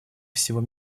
всего